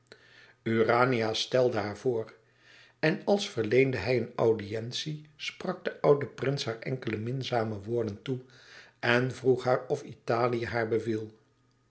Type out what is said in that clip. urania stelde haar voor en als verleende hij een audientie sprak de oude prins haar enkele minzame woorden toe en vroeg haar of italië haar beviel